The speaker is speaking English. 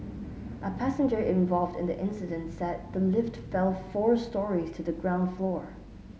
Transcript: a passenger involved in the incident said the lift fell four storeys to the ground floor